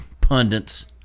pundits